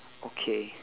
okay